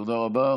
תודה רבה.